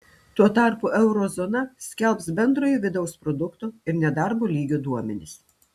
tuo tarpu euro zona skelbs bendrojo vidaus produkto ir nedarbo lygio duomenis